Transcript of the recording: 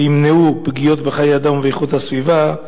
ויימנעו פגיעות בחיי אדם ובאיכות הסביבה,